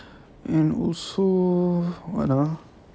and also what ah